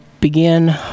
begin